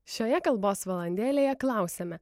šioje kalbos valandėlę klausiame